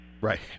Right